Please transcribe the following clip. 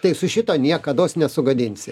tai su šituo niekados nesugadinsi